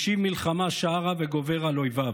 משיב מלחמה שערה וגובר על אויביו.